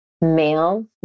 male